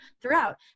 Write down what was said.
throughout